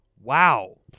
Wow